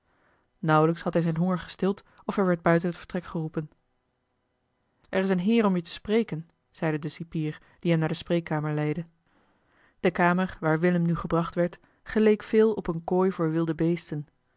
nauwelijks had hij zijn honger gestild of hij werd buiten het vertrek geroepen eli heimans willem roda er is een heer om je te spreken zeide de cipier die hem naar de spreekkamer leidde de kamer waar willem nu gebracht werd geleek veel op eene kooi voor wilde beesten